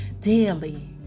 daily